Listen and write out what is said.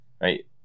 right